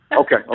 Okay